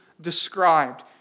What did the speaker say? described